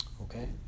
Okay